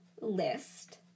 list